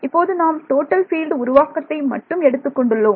இப்போது நாம் total field உருவாக்கத்தை மட்டும் எடுத்துக் கொண்டுள்ளோம்